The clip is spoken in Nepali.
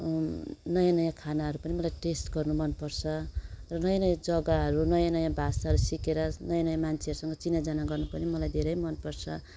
नयाँ नयाँ खानाहरू पनि मलाई टेस्ट गर्नु मनपर्छ र नयाँ नयाँ जग्गाहरू नयाँ नयाँ भाषाहरू सिकेर नयाँ नयाँ मान्छेहरूसँग चिनाजाना गर्नु पनि मलाई धेरै मनपर्छ